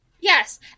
Yes